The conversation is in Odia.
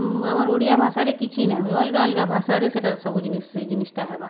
ଆମର ଓଡ଼ିଆ ଭାଷାରେ କିଛି ନାହିଁ ହୁଏ ଅଲଗା ଅଲଗା ଭାଷାରେ ସେଟା ସବୁ ସେ ଜିନିଷ୍ଟା ହେବା